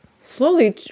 Slowly